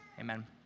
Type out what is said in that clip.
Amen